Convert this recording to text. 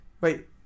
Wait